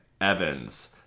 Evans